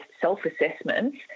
self-assessments